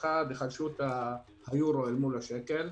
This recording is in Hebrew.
ראשית, היחלשות האירו אל מול השקל,